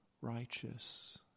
righteous